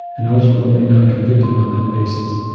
and also one may not convict him on that basis.